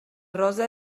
rosa